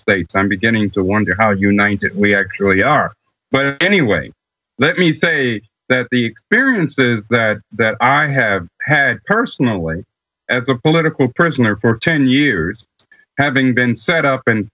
states i'm beginning to wonder how united we actually are but anyway let me say that the experiences that i have had personally at the political prisoner for ten years having been set up and